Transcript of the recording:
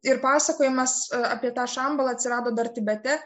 ir pasakojimas apie tą šambalą atsirado dar tibete